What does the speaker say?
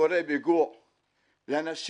שקורה פיגוע לאנשים,